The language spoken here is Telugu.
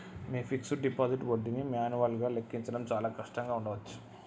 మీ ఫిక్స్డ్ డిపాజిట్ వడ్డీని మాన్యువల్గా లెక్కించడం చాలా కష్టంగా ఉండచ్చు